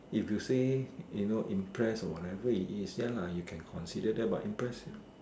if you say you know impress or whatever it is ya lah you can consider that but impressive